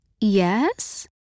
Yes